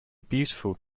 beautiful